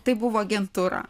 tai buvo agentūra